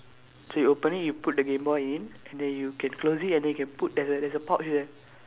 so you open it you put the game boy in and then you can close it and then you can put there there there's a pouch there